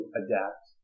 adapt